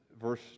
verse